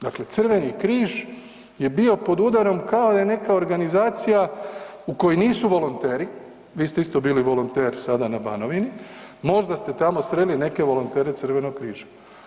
Dakle Crveni križ je bio pod udarom, kao da je neka organizacija u kojoj nisu volonteri, vi ste isto bili volonter sada na Banovini, možda ste tamo sreli neke volontere Crvenog križa.